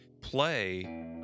Play